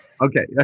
Okay